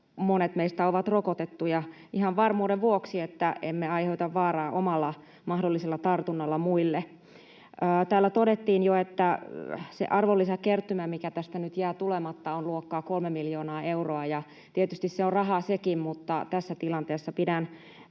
monet meistä ovat rokotettuja, ihan varmuuden vuoksi, niin että emme aiheuta vaaraa omalla mahdollisella tartunnalla muille. Täällä todettiin jo, että se arvonlisäverokertymä, mikä tästä nyt jää tulematta, on luokkaa 3 miljoonaa euroa, ja tietysti se on rahaa sekin, mutta tässä tilanteessa pidän